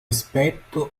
aspetto